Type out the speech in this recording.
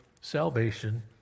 salvation